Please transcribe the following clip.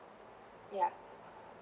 yeah